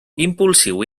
impulsiu